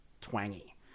twangy